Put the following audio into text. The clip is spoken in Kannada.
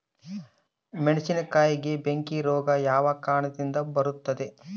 ಮೆಣಸಿನಕಾಯಿಗೆ ಬೆಂಕಿ ರೋಗ ಯಾವ ಕಾರಣದಿಂದ ಬರುತ್ತದೆ?